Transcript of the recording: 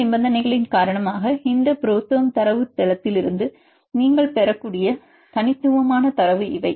சில நிபந்தனைகளின் காரணமாக இந்த புரோதெர்ம் தரவுத்தளத்திலிருந்து நீங்கள் பெறக்கூடிய தனித்துவமான தரவு இவை